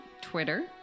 Twitter